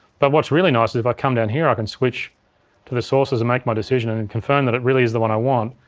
but what's really nice is if i come down here i can switch to the sources and make my decision and and confirm that it really is the one i want,